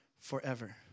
forever